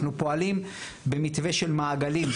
אנחנו פועלים במתווה של מעגלים,